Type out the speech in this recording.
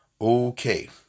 Okay